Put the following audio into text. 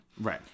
Right